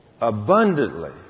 abundantly